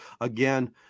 again